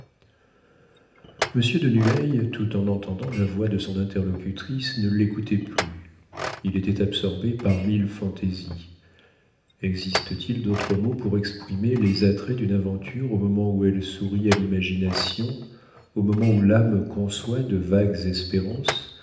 monsieur de nueil tout en entendant la voix de son interlocutrice ne l'écoutait plus il était absorbé par mille fantaisies existe-t-il d'autre mot pour exprimer les attraits d'une aventure au moment où elle sourit à l'imagination au moment où l'âme conçoit de vagues espérances